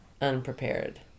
unprepared